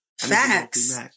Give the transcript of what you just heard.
Facts